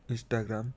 Instagram